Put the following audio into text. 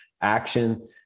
Action